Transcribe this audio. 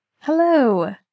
Hello